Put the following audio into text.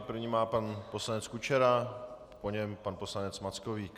První má pan poslanec Kučera, po něm pan poslanec Mackovík.